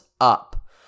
up